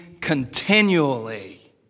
continually